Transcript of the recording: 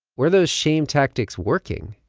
were those same tactics working?